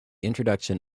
introduction